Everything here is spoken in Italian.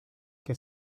che